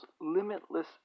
limitless